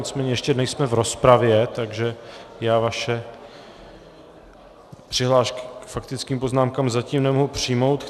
Nicméně ještě nejsme v rozpravě, takže já vaše přihlášky k faktickým poznámkám zatím nemohu přijmout.